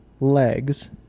legs